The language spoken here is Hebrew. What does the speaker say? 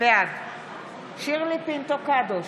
בעד שירלי פינטו קדוש,